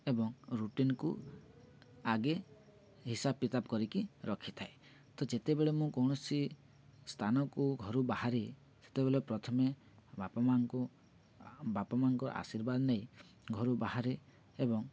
ଏବଂ ରୁଟିନ୍କୁ ଆଗେ ହିସାବ କିତାବ କରିକି ରଖିଥାଏ ତ ଯେତେବେଳେ ମୁଁ କୌଣସି ସ୍ଥାନକୁ ଘରୁ ବାହାରେ ସେତେବେଳେ ପ୍ରଥମେ ବାପା ମା'ଙ୍କୁ ବାପା ମା'ଙ୍କର ଆଶୀର୍ବାଦ ନେଇ ଘରୁ ବାହାରେ ଏବଂ